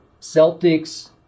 Celtics